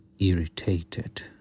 irritated